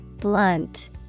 Blunt